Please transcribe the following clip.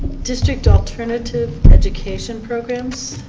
district alternative education programs.